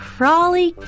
Crawly